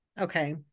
Okay